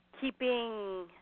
keeping